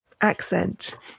accent